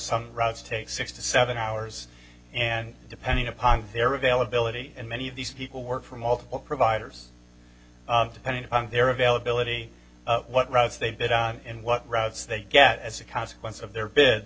routes take six to seven hours and depending upon their availability and many of these people work for multiple providers depending on their availability what routes they did and what routes they get as a consequence of their bi